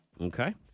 Okay